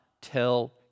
tell